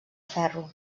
ferro